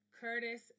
Curtis